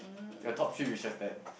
your top few is just that